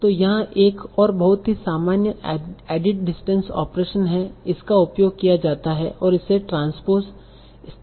तो यहाँ एक और बहुत ही सामान्य एडिट डिस्टेंस ऑपरेशन है इसका उपयोग किया जाता है और इसे ट्रांसपोज़ स्थानान्तरण कहा जाता है